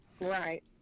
Right